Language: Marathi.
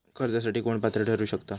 कर्जासाठी कोण पात्र ठरु शकता?